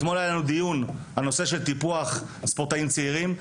אתמול היה לנו דיון על נושא של טיפוח ספורטאים צעירים.